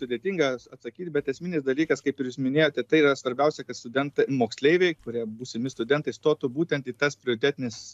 sudėtinga at atsakyti bet esminis dalykas kaip ir jūs minėjote tai yra svarbiausia kad studentai moksleiviai kurie būsimi studentai stotų būtent į tas prioritetines